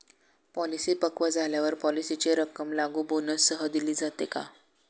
Policy पक्व झाल्यावर पॉलिसीची रक्कम लागू बोनससह दिली जाते का?